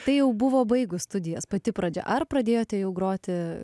tai jau buvo baigus studijas pati pradžia ar pradėjote jau groti